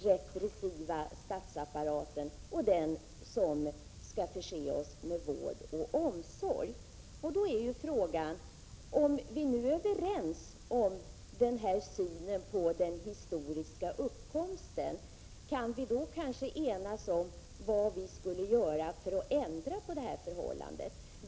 repressiva statsapparaten och de delar som skall förse oss med vård och omsorg. Om vi är överens om denna syn på den historiska uppkomsten av skillnaderna, då gäller frågan om vi kanske kan enas om vad vi skall göra för att ändra de rådande förhållandena.